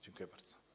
Dziękuję bardzo.